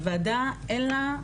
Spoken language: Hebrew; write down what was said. הוועדה אין לה,